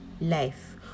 life